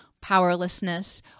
powerlessness